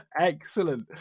excellent